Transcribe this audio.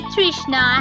Trishna